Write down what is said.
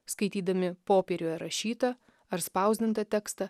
skaitydami popieriuje rašytą ar spausdintą tekstą